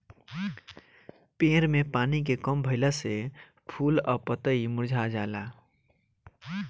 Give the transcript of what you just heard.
पेड़ में पानी के कम भईला से फूल आ पतई मुरझा जाला